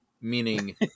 meaning